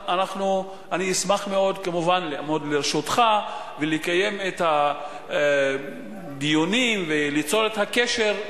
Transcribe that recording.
אני אשמח מאוד לעמוד לרשותך ולקיים את הדיונים וליצור את הקשר,